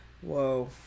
whoa